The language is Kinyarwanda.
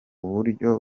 buryo